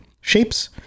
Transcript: shapes